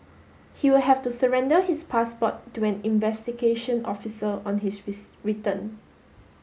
he will have to surrender his passport to an investigation officer on his return